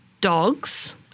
dogs